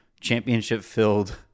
championship-filled